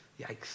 Yikes